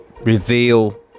reveal